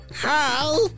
How